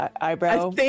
eyebrow